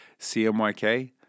CMYK